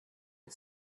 and